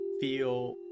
feel